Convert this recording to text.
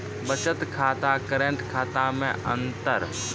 बचत खाता करेंट खाता मे अंतर?